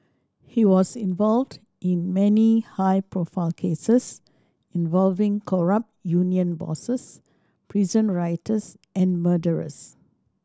he was involved in many high profile cases involving corrupt union bosses prison writers and murderers